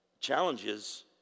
Challenges